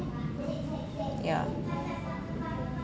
yeah